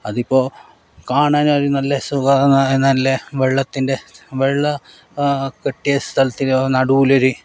അതിപ്പോൾ കാണാൻ നല്ല സുഖ നല്ല വെള്ളത്തിൻ്റെ വെള്ള കെട്ടിയ സ്ഥലത്തിൻ്റെ നടുവിലൊരു